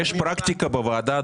פרקטיקה בוועדה,